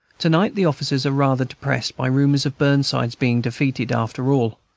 to-night the officers are rather depressed by rumors of burnside's being defeated, after all.